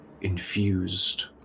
infused